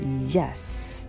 yes